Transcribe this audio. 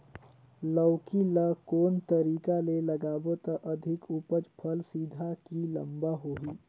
लौकी ल कौन तरीका ले लगाबो त अधिक उपज फल सीधा की लम्बा होही?